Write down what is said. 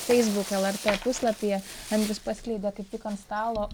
feisbuk lrt puslapyje andrius paskleidė kaip tik ant stalo